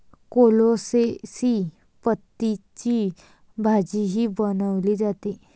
कोलोसेसी पतींची भाजीही बनवली जाते